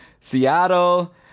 seattle